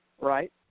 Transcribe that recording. Right